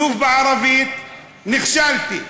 שוב בערבית, נכשלתי.